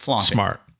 smart